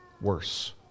worse